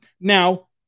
Now